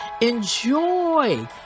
enjoy